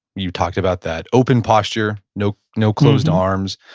you talked about that, open posture, no no closed arms.